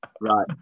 right